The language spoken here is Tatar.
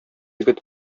егет